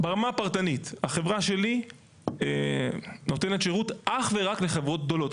ברמה הפרטנית החברה שלי נותנת שירות אך ורק לחברות גדולות.